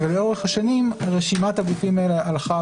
ולאורך השנים רשימת הגופים האלה הוועדה הלכה